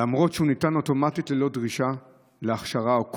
למרות שהוא ניתן אוטומטית ללא דרישה להכשרה או קורס,